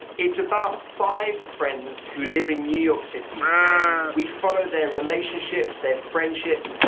it's about five friends who live in new york city and we follow their relationships, their friendships,